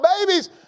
babies